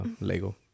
Lego